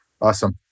Awesome